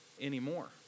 anymore